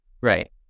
Right